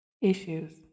issues